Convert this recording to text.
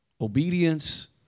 obedience